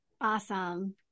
Awesome